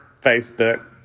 Facebook